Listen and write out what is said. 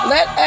Let